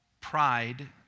pride